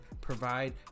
provide